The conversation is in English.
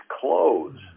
clothes